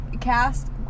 cast